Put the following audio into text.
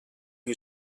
who